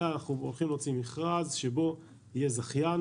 אלא אנחנו הולכים להוציא מכרז שבו יהיה זכיין,